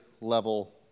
level